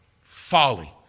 folly